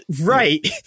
right